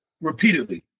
repeatedly